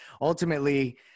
ultimately